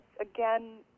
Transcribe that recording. again